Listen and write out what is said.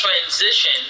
transition